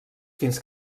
fins